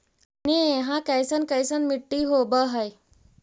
अपने यहाँ कैसन कैसन मिट्टी होब है?